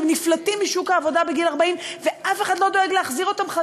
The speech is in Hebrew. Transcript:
שנפלטים משוק העבודה בגיל 40 ואף אחד לא דואג להחזיר אותם.